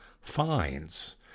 finds